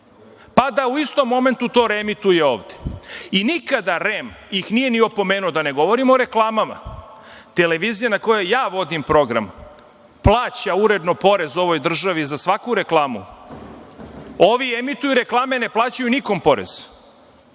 pa da u istom momentu to isto reemituje ovde. Nikada ih REM nije ni opomenuo, da ne govorim o reklamama. Televizija na kojoj ja vodim program plaća uredno porez ovoj državi za svaku reklamu. Ovi emituju reklame, ne plaćaju nikome porez.